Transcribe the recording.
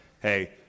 hey